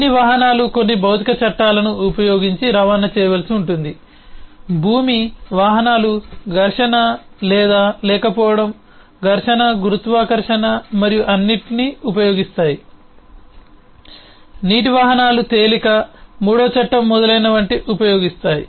అన్ని వాహనాలు కొన్ని భౌతిక చట్టాలను ఉపయోగించి రవాణా చేయవలసి ఉంటుంది భూమి వాహనాలు ఘర్షణ లేదా లేకపోవడం 1312 ఘర్షణ గురుత్వాకర్షణ మరియు అన్నింటినీ ఉపయోగిస్తాయి నీటి వాహనాలు తేలిక మూడవ చట్టం మొదలైనవాటిని ఉపయోగిస్తాయి